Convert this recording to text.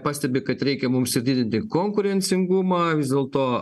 pastebi kad reikia mums didinti konkurencingumą vis dėlto